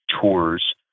tours